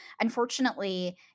unfortunately